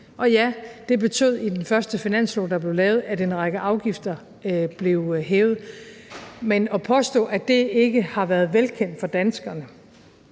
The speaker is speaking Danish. Og ja, det betød i den første finanslov, vi lavede, at en række afgifter blev hævet. Men at påstå, at det ikke har været velkendt for danskerne,